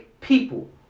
people